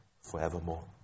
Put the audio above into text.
forevermore